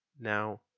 Now